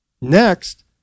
Next